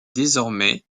désormais